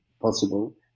possible